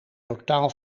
totaal